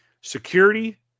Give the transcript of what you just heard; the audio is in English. Security